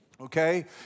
Okay